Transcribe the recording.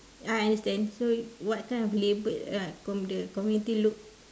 I understand so what kind of label uh from community look